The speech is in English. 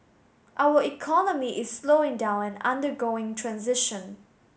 our economy is slowing down and undergoing transition